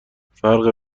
فرق